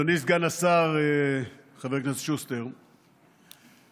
אדוני סגן השר חבר הכנסת שוסטר, תראה,